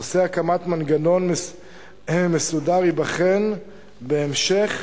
נושא הקמת מנגנון מסודר ייבחן בהמשך,